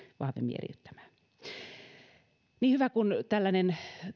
vahvemmin eriyttämään niin hyvä kuin tällainen